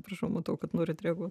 prašau matau kad norit reaguot